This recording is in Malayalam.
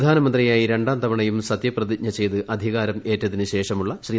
പ്രധാന മന്ത്രിയായി രണ്ടാം തവണയും സത്യപ്രതിജ്ഞ ചെയ്ത് അധികാരമേറ്റ തിനുശേഷമുള്ള ശ്രീ